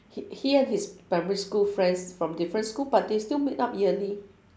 he and his primary school friends from different school but they still meet up yearly